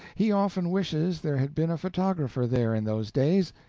he often wishes there had been a photographer there in those days,